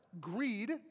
greed